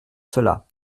cela